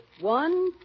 One